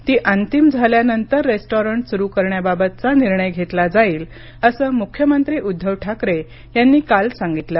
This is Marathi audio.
ती अंतिम झाल्यानंतर रेस्टॉरंट सुरु करण्याबाबतचा निर्णय घेतला जाईल असं मुख्यमंत्री उद्धव ठाकरे यांनी काल सांगितलं